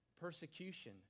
Persecution